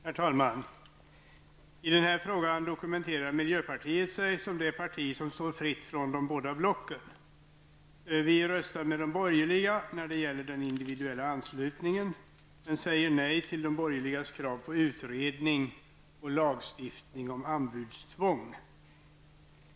Herr talman! I den här frågan dokumenterar miljöpartiet sig som det parti som står fritt från de båda blocken. Vi röstar med de borgerliga när det gäller den individuella anslutningen, men säger nej till de borgerligas krav på utredning och lagstiftning om anbudstvång.